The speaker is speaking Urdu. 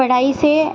پڑھائی سے